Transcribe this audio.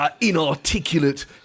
inarticulate